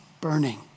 burning